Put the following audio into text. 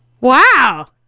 Wow